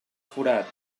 forat